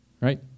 right